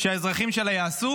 שהאזרחים שלה יעשו,